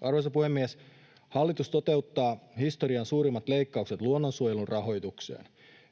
Arvoisa puhemies! Hallitus toteuttaa historian suurimmat leikkaukset luonnonsuojelun rahoitukseen.